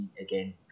again